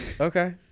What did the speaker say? Okay